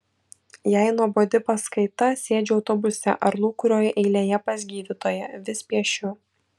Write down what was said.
jei nuobodi paskaita sėdžiu autobuse ar lūkuriuoju eilėje pas gydytoją vis piešiu